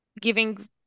giving